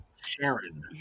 Sharon